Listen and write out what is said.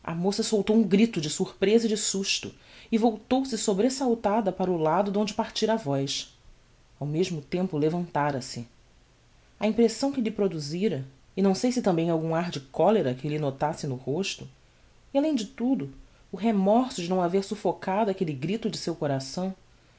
moça soltou um grito de sorpreza e de susto e voltou-se sobresaltada para o lado donde partira a voz ao mesmo tempo levantára se a impressão que lhe produzira e não sei se tambem algum ar de colera que lhe notasse no rosto e além de tudo o remorso de não haver suffocado aquelle grito de seu coração